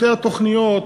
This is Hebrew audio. יותר תוכניות,